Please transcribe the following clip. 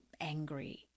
angry